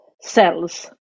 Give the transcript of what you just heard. cells